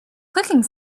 clicking